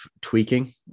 tweaking